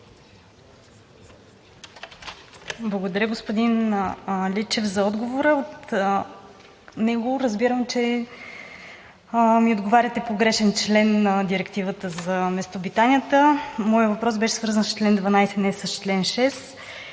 Благодаря, господин Личев, за отговора. От него разбирам, че ми отговаряте по погрешен член на Директивата за местообитанията. Моят въпрос беше свързан с чл. 12, а не с чл. 6.